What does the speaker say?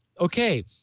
okay